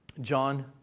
John